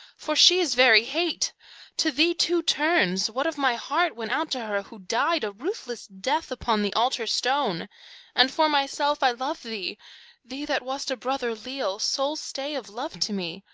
for she is very hate to thee too turns what of my heart went out to her who died a ruthless death upon the altar-stone and for myself i love thee thee that wast a brother leal, sole stay of love to me.